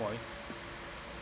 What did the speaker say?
why